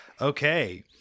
Okay